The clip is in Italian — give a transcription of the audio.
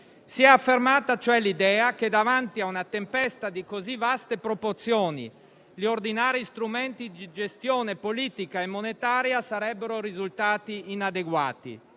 Si è affermata cioè l'idea che davanti a una tempesta di così vaste proporzioni gli ordinari strumenti di gestione politica e monetaria sarebbero risultati inadeguati.